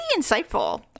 insightful